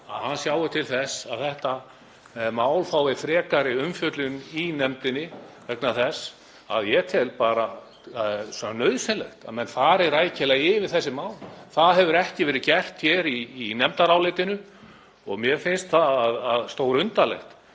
að hann sjái til þess að þetta mál fái frekari umfjöllun í nefndinni vegna þess að ég tel bara nauðsynlegt að menn fari rækilega yfir þessi mál. Það hefur ekki verið gert hér í nefndarálitinu og mér finnst stórundarlegt